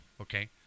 okay